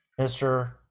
Mr